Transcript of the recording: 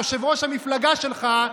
יושב-ראש המפלגה שלך,